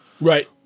Right